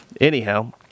anyhow